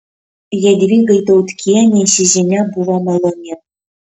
jadvygai tautkienei ši žinia buvo maloni